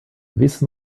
wissen